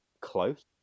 close